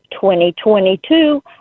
2022